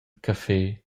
caffé